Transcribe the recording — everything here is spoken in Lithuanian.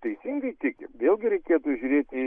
teisingai tiki vėlgi reikėtų žiūrėti